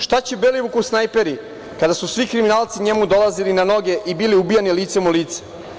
Šta će Belivuku snajperi kada su svi kriminalci njemu dolazili na noge i bili ubijani licem u lice?